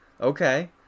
okay